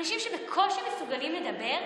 אנשים שבקושי מסוגלים לדבר,